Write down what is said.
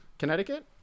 connecticut